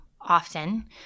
often